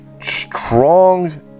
strong